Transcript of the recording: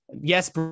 Yes